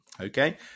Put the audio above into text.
okay